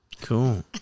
Cool